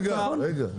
רגע, רגע.